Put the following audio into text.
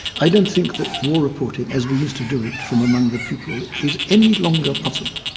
i don't think that war reporting as we used to do it from among the people is any longer possible.